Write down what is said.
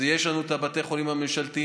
יש לנו את בתי החולים הממשלתיים,